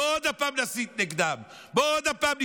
בואו נסית נגדם עוד פעם.